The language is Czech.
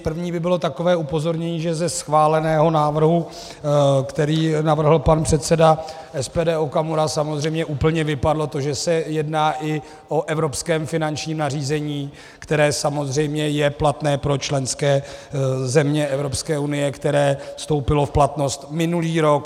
První by bylo takové upozornění, že ze schváleného návrhu, který navrhl pan předseda SPD Okamura, samozřejmě úplně vypadlo to, že se jedná i o evropském finančním nařízení, které samozřejmě je platné pro členské země Evropské unie, které vstoupilo v platnost minulý rok.